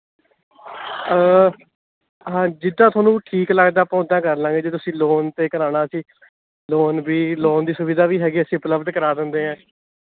ਹਾਂ ਜਿੱਦਾਂ ਤੁਹਾਨੂੰ ਠੀਕ ਲੱਗਦਾ ਆਪਾਂ ਉੱਦਾਂ ਕਰ ਲਵਾਂਗੇ ਜੇ ਤੁਸੀਂ ਲੋਨ 'ਤੇ ਕਰਵਾਉਣਾ ਅਸੀਂ ਲੋਨ ਵੀ ਲੋਨ ਦੀ ਸੁਵਿਧਾ ਵੀ ਹੈਗੀ ਹੈ ਅਸੀਂ ਉਪਲਬਧ ਕਰਾ ਦਿੰਦੇ ਹਾਂ